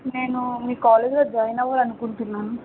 నేను మీ కాలేజీలో జాయిన్ అవ్వాలి అనుకుంటున్నాను